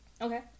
Okay